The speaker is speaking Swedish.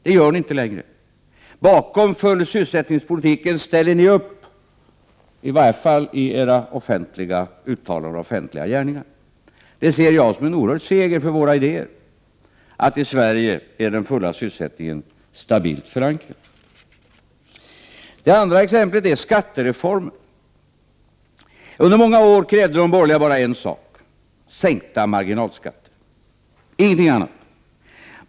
Det gör ni inte längre, utan ni ställer upp bakom sysselsättningspolitiken, i varje fall i era offentliga uttalanden och offentliga gärningar. Jag ser det som en oerhörd seger för våra idéer att den fulla sysselsättningen är stabilt förankrad i Sverige. Det andra exemplet är skattereformen. Under många år krävde de borgerliga bara en sak: sänkta marginalskatter —- ingenting annat.